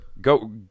go